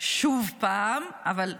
שוב פעם, אבל,